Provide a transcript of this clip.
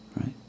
right